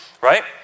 right